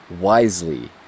wisely